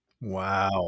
Wow